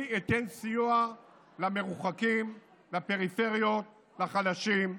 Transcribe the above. אני אתן סיוע למרוחקים, לפריפריות, לחלשים,